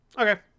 Okay